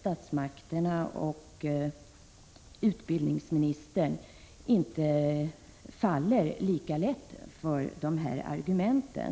statsmakterna och utbildningsministern inte faller lika lätt för de här argumenten.